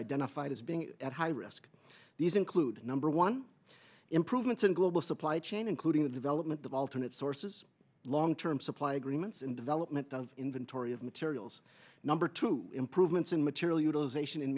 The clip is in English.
identified as being at high risk these include number one improvements in global supply chain including the development of alternate sources long term supply agreements in development of inventory of materials number two improvements in material utilization in